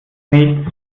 nichts